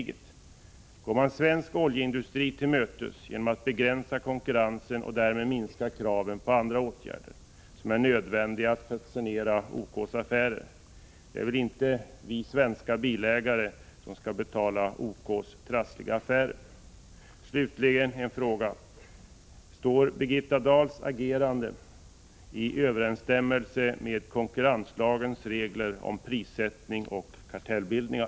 Går man svensk oljeindustri till mötes genom att begränsa konkurrensen och därmed minska kraven på andra åtgärder, som kanske är nödvändiga för att sanera OK:s affärer? Det är väl inte vi svenska bilägare som skall betala OK:s trassliga affärer. Slutligen: Står Birgitta Dahls agerande i överensstämmelse med konkurrensbegränsningslagens regler om prissättning och kartellbildningar?